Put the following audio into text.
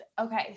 okay